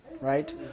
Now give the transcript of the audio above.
right